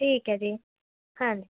ਠੀਕ ਹੈ ਜੀ ਹਾਂਜੀ